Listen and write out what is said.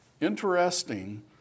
Interesting